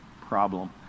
problem